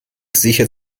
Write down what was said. sicher